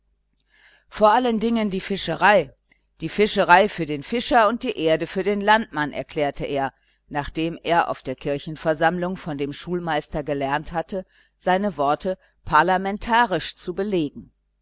vor allen dingen die fischerei die fischerei für den fischer und die erde für den landmann erklärte er nachdem er auf der kirchenversammlung von dem schulmeister gelernt hatte seine worte parlamentarisch zu belegen